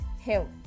health